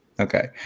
Okay